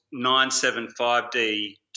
975D